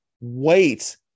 wait